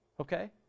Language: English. Okay